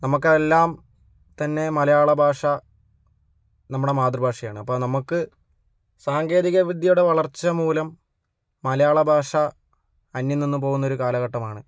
നമുക്ക് എല്ലാം തന്നെ മലയാള ഭാഷ നമ്മുടെ മാതൃഭാഷയാണ് അപ്പം നമുക്ക് സാങ്കേതികവിദ്യയുടെ വളര്ച്ചമൂലം മലയാള ഭാഷ അന്യം നിന്ന് പോകുന്ന ഒരു കാലഘട്ടമാണ്